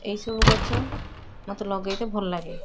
ଏଇସବୁ ଗଛ ମୋତେ ଲଗଇତେ ଭଲଲାଗେ